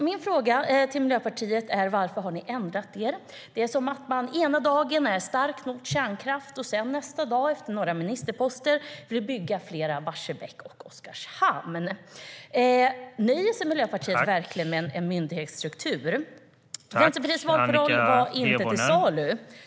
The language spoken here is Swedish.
Min fråga till Miljöpartiet är alltså: Varför har ni ändrat er? Det är som att man ena dagen är starkt emot kärnkraft och nästa dag, efter några ministerposter, vill bygga fler Barsebäck och Oskarshamn. Nöjer sig Miljöpartiet verkligen med en myndighetsstruktur? Vänsterpartiets valparoll var: Inte till salu.